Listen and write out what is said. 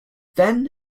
then